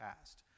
past